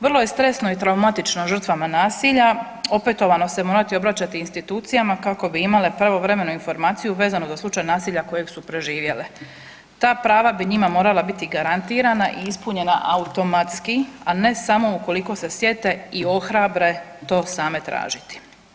Vrlo je stresno i traumatično žrtvama nasilja opetovano se morati obraćati institucijama kako bi imale pravovremenu informaciju vezno za slučaj nasilja kojeg su preživjele, ta prava bi njima morala biti garantirana i ispunjena automatski, a ne samo ukoliko s sjete i ohrabre to same tražiti.